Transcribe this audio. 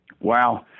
Wow